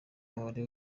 umubare